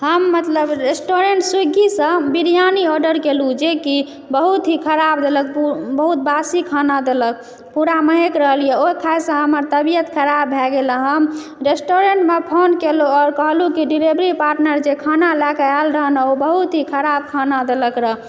हम मतलब रेस्टूरेंट स्विगीसँ बिरियानी ऑर्डर केलहुँ जेकि बहुत ही खराब देलक बहुत बासी खाना देलक पूरा महकि रहल यऽ ओ खायसँ हमर तबियत खराब भए गेल हम रेस्टूरेंटमे फोन केलहुँ आओर कहलहुँ कि डिलेवरी पार्टनर जे खाना लएकऽ आयल रहय न ओ बहुत ही खराब खाना देलक रऽ